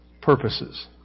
purposes